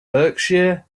berkshire